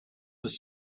was